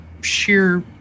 sheer